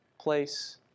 place